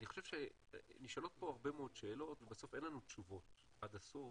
אני חושב שנשאלות פה הרבה מאוד שאלות ובסוף אין לנו תשובות עד הסוף